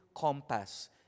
compass